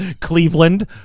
Cleveland